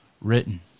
written